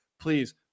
please